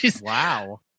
Wow